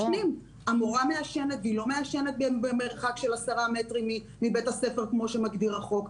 המורה מעשנת במרחק של פחות מעשרה מטרים מבית הספר כמו שמגדיר החוק,